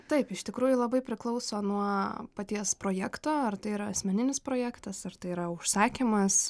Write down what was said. taip iš tikrųjų labai priklauso nuo paties projekto ar tai yra asmeninis projektas ar tai yra užsakymas